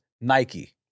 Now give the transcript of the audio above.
Nike